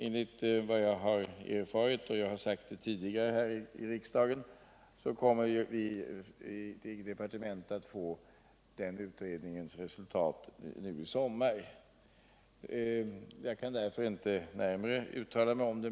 Enligt vad jag har erfarit — jag har sagt det tidigare här i riksdagen —- kommer vi i departementet att få den utredningens resultat nu i sommar. Jag kan därför inte närmare uttala mig om det.